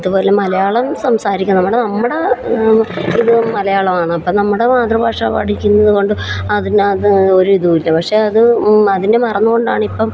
അതു പോലെ മലയാളം സംസാരിക്കണം നമ്മുടെ ഇത് മലയാളമാണ് അപ്പം നമ്മുടെ മാതൃഭാഷ പഠിക്കുന്നത് കൊണ്ട് അതിനകത്ത് ഒരു ഇതുമില്ല പക്ഷേ അത് അതിനെ മറന്നു കൊണ്ടാണ് ഇപ്പം